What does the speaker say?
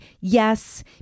yes